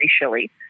initially